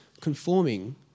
conforming